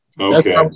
Okay